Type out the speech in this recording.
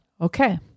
Okay